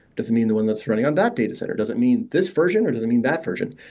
does it mean the one that's running on that datacenter? does it mean this version or does it mean that version?